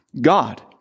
God